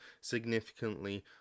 significantly